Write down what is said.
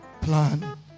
plan